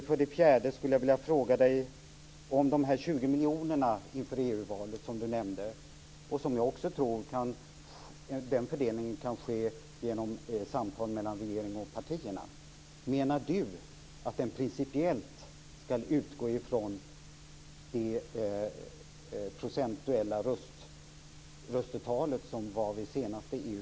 För det fjärde skulle jag vilja ställa en fråga om fördelningen av de 20 miljonerna inför EU-valet, som Göran Magnusson nämnde och som jag också tror kan ske genom samtal mellan regeringen och partierna. Menar Göran Magnusson att den principiellt skall utgå från det procentuella röstetalet vid senaste EU